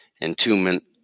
entombment